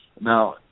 Now